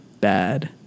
bad